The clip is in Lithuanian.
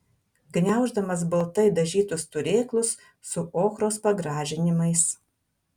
gniauždamas baltai dažytus turėklus su ochros pagražinimais